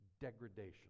degradation